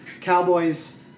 Cowboys